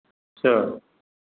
अच्छा